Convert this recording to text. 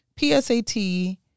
PSAT